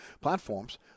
platforms